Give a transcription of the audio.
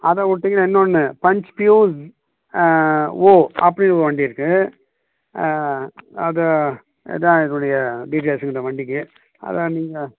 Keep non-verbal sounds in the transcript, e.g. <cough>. அதை விட்டீங்கன்னா இன்னொன்று பஞ்ச் ஃப்யூர் ஓ அப்படினு ஒரு வண்டி இருக்கு அதை இதான் இதுடைய <unintelligible> இந்த வண்டிக்கு அதான் நீங்கள்